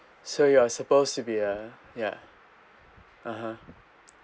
so he was supposed to be uh ya (uh huh)